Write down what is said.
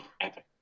epic